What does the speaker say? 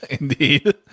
indeed